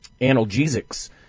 analgesics